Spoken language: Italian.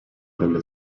dalle